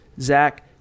Zach